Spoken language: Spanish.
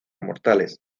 mortales